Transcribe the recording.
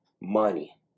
money